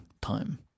time